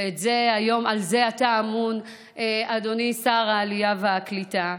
ועל זה אתה אמון, אדוני שר העלייה והקליטה,